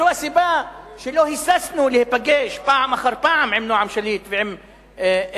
זו הסיבה שלא היססנו להיפגש פעם אחר פעם עם נועם שליט ועם המשפחה.